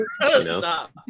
Stop